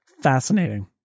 Fascinating